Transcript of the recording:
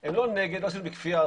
הם לא נגד --- בכפייה.